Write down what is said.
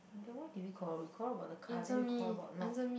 then why did we quarrel we quarrelled about the car then we quarrelled about not